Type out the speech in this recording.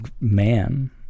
man